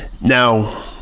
Now